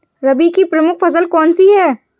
रबी की प्रमुख फसल कौन सी है?